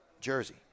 Jersey